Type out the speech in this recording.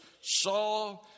saw